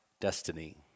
destiny